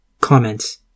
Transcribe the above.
Comments